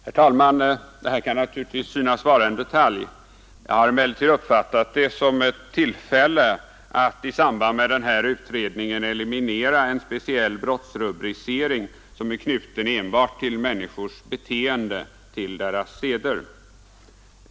Herr talman! Det här kan naturligtvis synas vara en detalj. Jag har emellertid uppfattat det som ett tillfälle att i samband med utredningen eliminera en speciell brottsrubricering som är knuten enbart till människors beteende, till deras seder.